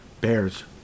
Bears